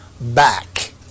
back